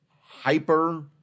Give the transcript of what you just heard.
hyper